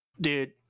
Dude